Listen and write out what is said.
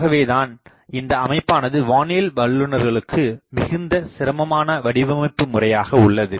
ஆகவேதான் இந்த அமைப்பானது வானியல் வல்லுநர்களுக்கு மிகுந்த சிரமமாண வடிவமைப்பு முறையாக உள்ளது